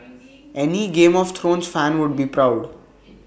any game of thrones fan would be proud